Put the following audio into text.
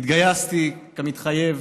התגייסתי כמתחייב,